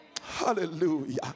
hallelujah